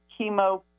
chemo